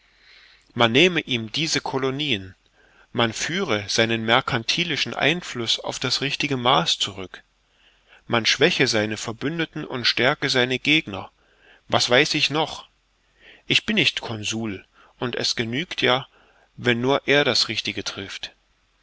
man nehme ihm diese colonien man führe seinen merkantilischen einfluß auf das richtige maß zurück man schwäche seine verbündeten und stärke seine gegner was weiß ich noch ich bin nicht consul und es genügt ja wenn nur er das richtige trifft